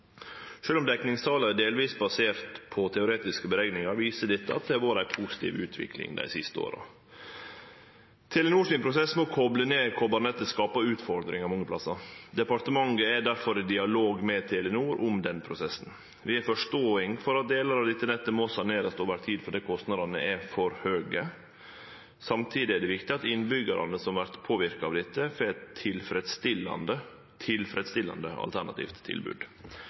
om dekningstalet er delvis basert på teoretiske berekningar, viser dette at det har vore ei positiv utvikling dei siste åra. Telenor sin prosess med å kople ned koparnettet skapar utfordringar mange plassar. Departementet er difor i dialog med Telenor om den prosessen. Vi har forståing for at delar av dette nettet må sanerast over tid fordi kostnadane er for høge. Samtidig er det viktig at innbyggjarane som vert påverka av dette, får eit tilfredsstillande alternativt tilbod.